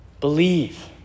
Believe